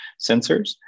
sensors